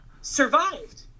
survived